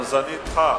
אז אני אתך.